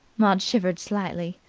maud shivered slightly.